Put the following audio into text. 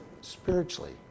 spiritually